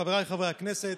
חבריי חברי הכנסת,